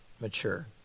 mature